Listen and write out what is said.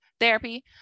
therapy